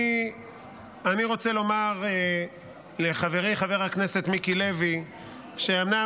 אני רוצה לומר לחברי חבר הכנסת מיקי לוי שאומנם,